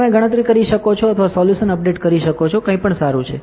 તમે ગણતરી કરી શકો છો અથવા સોલ્યુશન અપડેટ કરી શકો છો કંઈપણ સારું છે